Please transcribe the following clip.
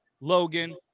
Logan